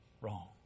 wrong